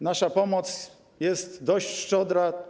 Nasza pomoc jest dość szczodra.